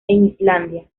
islandia